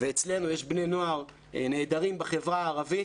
ויש בני נוער נהדרים בחברה הערבית,